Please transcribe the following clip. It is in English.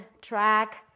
track